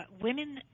women